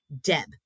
Deb